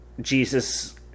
Jesus